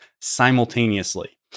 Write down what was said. simultaneously